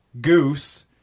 Goose